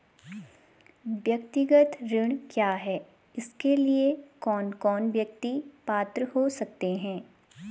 व्यक्तिगत ऋण क्या है इसके लिए कौन कौन व्यक्ति पात्र हो सकते हैं?